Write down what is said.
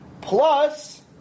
Plus